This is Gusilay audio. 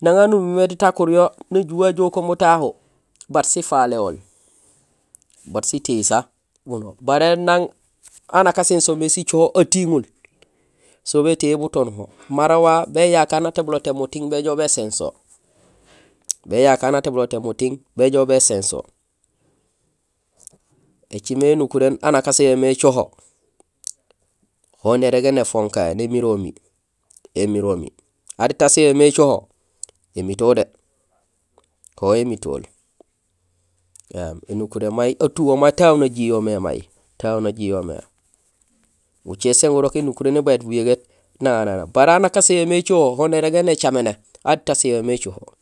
Nang haan umiir mé diit akuur yo nauhé ajool kun bu tahu baat sifaléhool, bat sitéhil sa, baré nang anak aséén so mé sicoho atiŋul, so bétéhul boto nuho. Mara wa béyakaar nétébulotééb muting béjoow béséén so, béyakaar natébulotééb muting béjoow béséén so. Ēcimé énukuréén aan nak asin yo mé écoho, ho nérégé néfonkahé, némiromi, émiromi, ha diit asin yo mé écoho, émitool dé, ho émitol éém énukuréén may atuhee tahu najihomé may, tahu najihol mé, gucé sin nak gurok énukuréén ébajut buyégéét nangám nangám, baré hanja aséén yo mé écoho ho nérégé nécaméné han diit asin yo mé écoho.